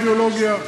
זאת לא אידיאולוגיה.